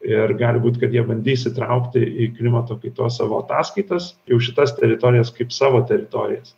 ir gali būt kad jie bandys įtraukti į klimato kaitos savo ataskaitas jau šitas teritorijas kaip savo teritorijas